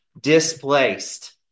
displaced